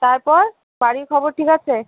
তারপর বাড়ির খবর ঠিক আছে